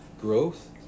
growth